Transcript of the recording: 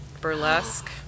burlesque